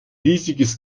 riesiges